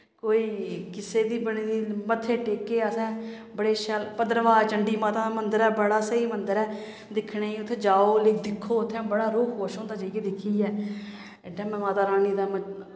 कोई किसे दी बनी दी मत्थे टेके असें बड़े शैल भद्रवाह् चंडी माता दा मन्दर ऐ बड़ा स्हेई मन्दर ऐ दिक्खने गी उत्थै जाओ दिक्खो उत्थै बड़ा रूह् खुश होंदा जाइयै दिक्खियै एड्डा में माता रानी दा